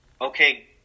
okay